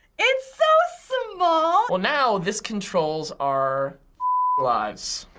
it's so small! well now, this controls our lives.